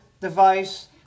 device